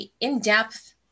in-depth